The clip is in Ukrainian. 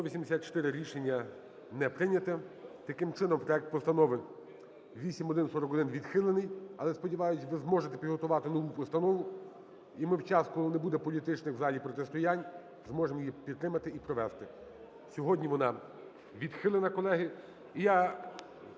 За-184 Рішення не прийнято. Таким чином, проект Постанови 8141 відхилений. Але сподіваюсь, ви зможете підготувати нову постанову, і ми в час, коли не буде політичних в залі протистоять, зможемо її підтримати і провести. Сьогодні вона відхилена, колеги.